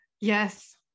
yes